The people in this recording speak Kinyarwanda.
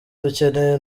dukeneye